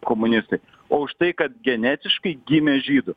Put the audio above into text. komunistai o už tai kad genetiškai gimė žydu